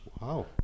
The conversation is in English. Wow